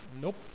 nope